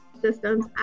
systems